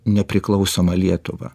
nepriklausomą lietuvą